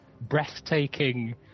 breathtaking